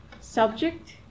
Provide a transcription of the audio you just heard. subject